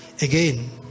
again